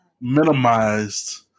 minimized